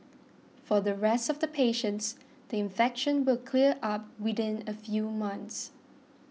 for the rest of the patients the infection will clear up within a few months